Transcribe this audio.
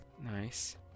Nice